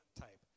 type